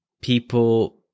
people